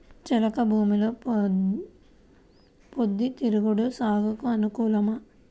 చెలక భూమిలో పొద్దు తిరుగుడు సాగుకు అనుకూలమా?